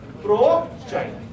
Pro-China